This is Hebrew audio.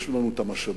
יש לנו המשאבים.